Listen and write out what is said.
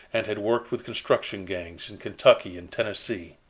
and had worked with construction gangs in kentucky and tennessee.